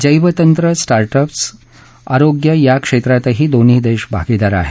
जैव तंत्र स्टार्टअप आरोग्य या क्षेत्रातही दोन्ही देश भागीदार आहेत